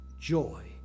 joy